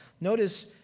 Notice